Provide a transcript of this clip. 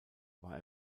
war